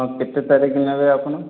ଆଉ କେତେ ତାରିଖ ନେବେ ଆପଣ